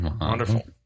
wonderful